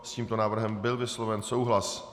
S tímto návrhem byl vysloven souhlas.